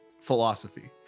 philosophy